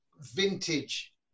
vintage